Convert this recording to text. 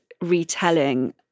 retelling